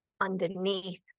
underneath